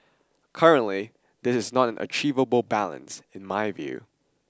currently this is not an achievable balance in my view